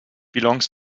belongs